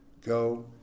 Go